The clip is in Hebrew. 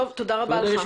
תודה רבה לך.